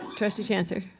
trustee chancer?